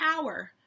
power